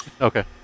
Okay